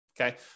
Okay